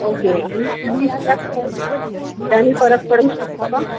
okay आणि त्या आम्ही घरात परत करू शकतो का